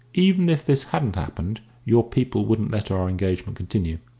even if this hadn't happened, your people wouldn't let our engagement continue.